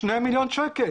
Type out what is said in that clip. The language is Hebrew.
שני מיליון שקל.